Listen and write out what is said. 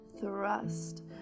thrust